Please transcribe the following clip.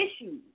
issues